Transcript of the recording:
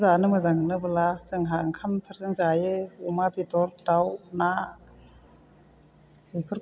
जानो मोजां मोनोबोला जोंहा ओंखामफोरजों जायो अमा बेदर दाउ ना